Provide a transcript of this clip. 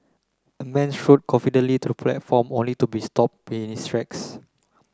a man strode confidently to the platform only to be stop in his tracks